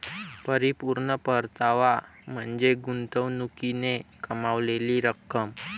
परिपूर्ण परतावा म्हणजे गुंतवणुकीने कमावलेली रक्कम